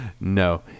No